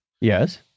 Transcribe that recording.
Yes